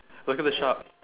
look at the shop